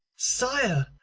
sire,